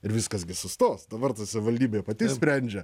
ir viskas gi sustos dabar tai savivaldybė pati sprendžia